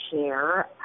share